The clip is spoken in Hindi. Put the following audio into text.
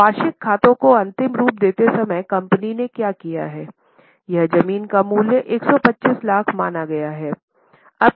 अब वार्षिक खातों को अंतिम रूप देते समय कंपनी ने क्या किया है यह जमीन का मूल्य 125 लाख माना गया हैं